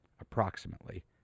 approximately